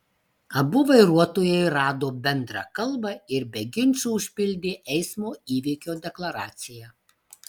abu vairuotojai rado bendrą kalbą ir be ginčų užpildė eismo įvykio deklaraciją